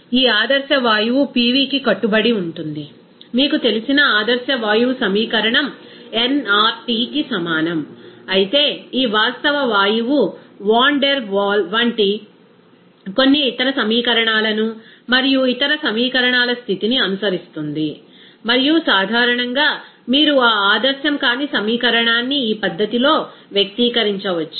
ఈ ఆదర్శ వాయువు PVకి కట్టుబడి ఉంటుంది మీకు తెలిసిన ఆదర్శ వాయువు సమీకరణం nRTకి సమానం అయితే ఈ వాస్తవ వాయువు వాన్ డెర్ వాల్ వంటి కొన్ని ఇతర సమీకరణాలను మరియు ఇతర సమీకరణాల స్తితిని అనుసరిస్తుంది మరియు సాధారణంగా మీరు ఆ ఆదర్శం కాని సమీకరణాన్ని ఆ పద్ధతిలో వ్యక్తీకరించవచ్చు